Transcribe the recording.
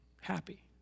happy